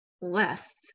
less